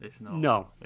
No